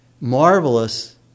marvelous